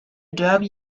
derby